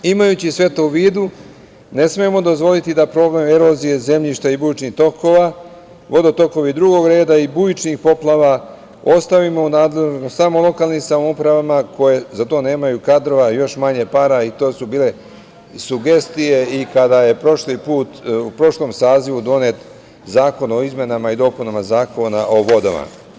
Imajući sve to u vidu, ne smemo dozvoliti da problem erozije zemljišta i bujičnih tokova, vodo tokova drugog reda i bujičnih poplava ostavimo u nadležnosti samo lokalnih samouprava koje za to nemaju kadrova, a još manje para i to su bile sugestije i kada je prošli put, u prošlom sazivu donet Zakon o izmenama i dopunama Zakona o vodama.